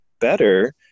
better